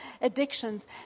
addictions